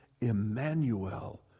Emmanuel